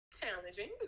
challenging